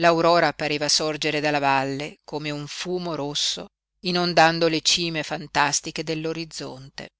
l'aurora pareva sorgere dalla valle come un fumo rosso inondando le cime fantastiche dell'orizzonte